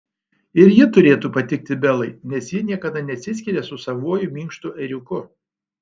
ir ji turėtų patikti belai nes ji niekada nesiskiria su savuoju minkštu ėriuku